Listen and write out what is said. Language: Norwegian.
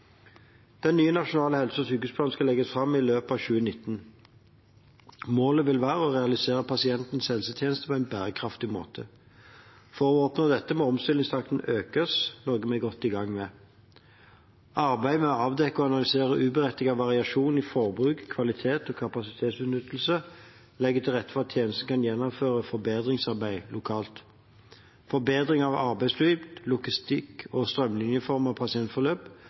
Den nye nasjonale helse- og sykehusplanen skal legges fram i løpet av 2019. Målet vil være å realisere pasientens helsetjeneste på en bærekraftig måte. For å oppnå dette må omstillingstakten økes, noe vi er godt i gang med. Arbeid med å avdekke og analysere uberettiget variasjon i forbruk, kvalitet og kapasitetsutnyttelse legger til rette for at tjenesten kan gjennomføre forbedringsarbeid lokalt. Forbedring av arbeidsflyt, logistikk og strømlinjeforming av pasientforløp,